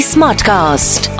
Smartcast